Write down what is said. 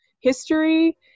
history